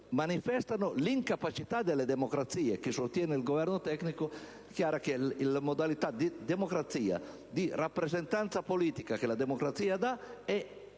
manifestano l'incapacità delle democrazie. Chi sostiene il Governo tecnico dichiara che le modalità della democrazia e la rappresentanza politica, peculiare della democrazia,